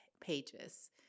pages